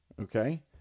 Okay